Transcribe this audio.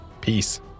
Peace